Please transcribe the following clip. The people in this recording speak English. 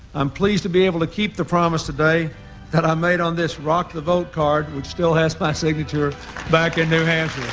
i'm pleased to be able to keep the promise today that i made on this rock the vote card which still has my signature back in new hampshire